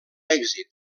èxit